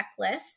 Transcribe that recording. checklist